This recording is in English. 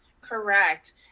Correct